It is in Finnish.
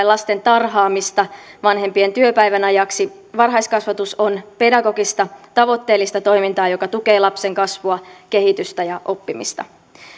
lasten tarhaamista vanhempien työpäivän ajaksi varhaiskasvatus on pedagogista tavoitteellista toimintaa joka tukee lapsen kasvua kehitystä ja oppimista